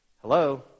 Hello